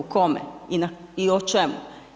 Kome i o čemu?